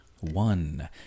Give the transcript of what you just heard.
One